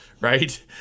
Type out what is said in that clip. right